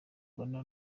mbona